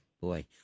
Boy